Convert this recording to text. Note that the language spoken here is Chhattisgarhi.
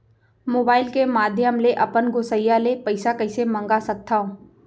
मोबाइल के माधयम ले अपन गोसैय्या ले पइसा कइसे मंगा सकथव?